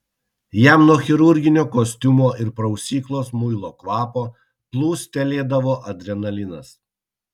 jam nuo chirurginio kostiumo ir prausyklos muilo kvapo plūstelėdavo adrenalinas